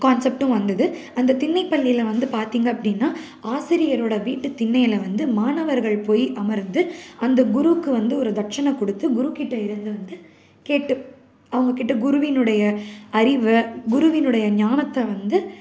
கான்செப்ட்டும் வந்தது அந்த திண்ணைப்பள்ளியில் வந்து பார்த்திங்க அப்படின்னா ஆசிரியரோட வீட்டு திண்ணையில் வந்து மாணவர்கள் போய் அமர்ந்து அந்த குருவுக்கு வந்து ஒரு தட்சணை கொடுத்து குரு கிட்டே இருந்து வந்து கேட்டு அவங்ககிட்ட குருவினுடைய அறிவு குருவினுடைய ஞானத்தை வந்து